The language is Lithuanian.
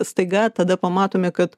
staiga tada pamatome kad